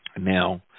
Now